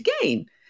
again